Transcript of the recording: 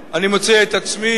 אני מוצא את עצמי,